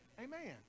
Amen